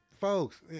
folks